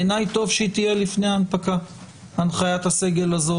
בעיניי טוב שהיא תהיה לפני ההנפקה הנחיית הסגל הזאת.